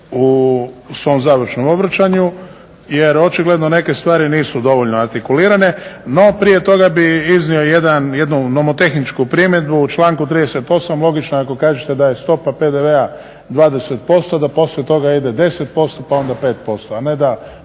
u svom završnom obraćanju jer očigledno neke stvari nisu dovoljno artikulirane. No prije toga bih iznio jednu nomotehničku primjedbu, u članku 38. logično je ako kažete da je stopa PDV-a 20% da poslije toga ide 10% pa onda 5%, a ne da